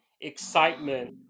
excitement